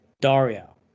Dario